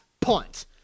punt